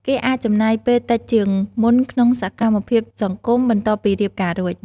គេអាចចំណាយពេលតិចជាងមុនក្នុងសកម្មភាពសង្គម បន្ទាប់ពីរៀបការរួច។